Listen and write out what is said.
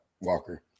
Walker